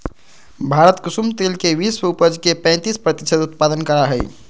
भारत कुसुम तेल के विश्व उपज के पैंतीस प्रतिशत उत्पादन करा हई